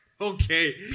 okay